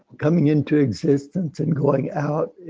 coming into existence and going out.